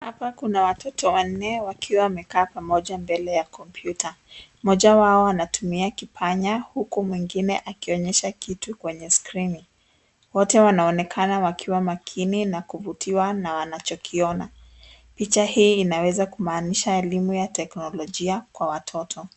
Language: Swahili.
Hapa kuna watoto wanne wakiwa wamekaa pamoja mbele ya kompyuta. Mmoja wao anatumia kipanya huku mwingine akionyesha kitu kwenye skrini. Wote wanaonekana wakiwa makini na kuvutiwa na wanachokiona. Picha hii inaweza kumaanisha elimu ya teknolojia kwa watoto.